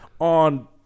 on